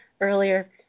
earlier